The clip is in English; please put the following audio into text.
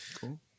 Cool